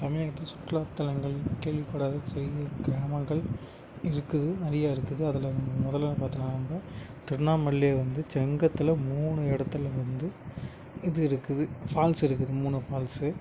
தமிழகத்துல சுற்றுலா தலங்கள் கேள்வி படாத செய்திகள் கிராமங்கள் இருக்குது நிறைய இருக்குது அதில் முதல்லனு பார்த்தீங்கனாக்கா திருவண்ணாமலையில் வந்து செங்கத்தில் மூணு இடத்துல வந்து இது இருக்குது ஃபால்ஸ் இருக்குது மூணு ஃபால்ஸு